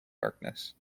darkness